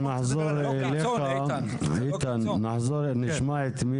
אנחנו נחזור אליך איתן אחרי שנשמע את עורכת